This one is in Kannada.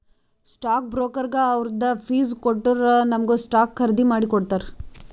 ಸ್ಟಾಕ್ ಬ್ರೋಕರ್ಗ ಅವ್ರದ್ ಫೀಸ್ ಕೊಟ್ಟೂರ್ ನಮುಗ ಸ್ಟಾಕ್ಸ್ ಖರ್ದಿ ಮಾಡಿ ಕೊಡ್ತಾರ್